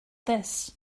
this